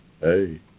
hey